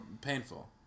painful